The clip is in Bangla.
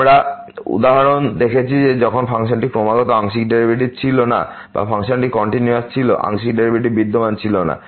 আমরা উদাহরণ দেখেছি যখন ফাংশনটি ক্রমাগত আংশিক ডেরিভেটিভস ছিল না বা ফাংশনটি কন্টিনিউয়াস ছিল আংশিক ডেরিভেটিভ বিদ্যমান ছিল না